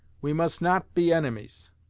we must not be enemies.